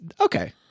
okay